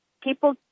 People